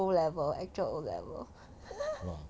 O level actual O level